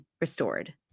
restored